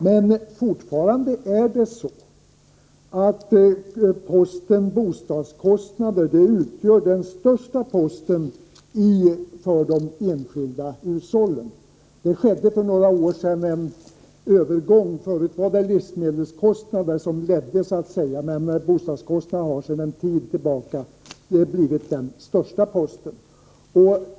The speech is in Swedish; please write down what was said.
Men fortfarande utgör posten bostadskostnader den största utgiftsposten för de enskilda hushållen. Det skedde en övergång för några år sedan: tidigare ledde livsmedelskostnaderna, men nu har bostadskostnaderna blivit den största posten.